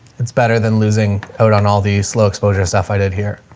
it's better than losing out on all these slow exposure stuff i did here.